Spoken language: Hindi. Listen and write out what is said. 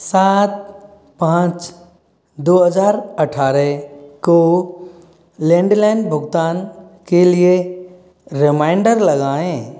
सात पाँच दो हज़ार अठारह को लैंडलाइन भुगतान के लिए रिमाइंडर लगाएँ